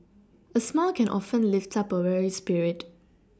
a smile can often lift up a weary spirit